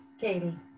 Katie